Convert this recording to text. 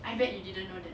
I bet you didn't know that